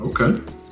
okay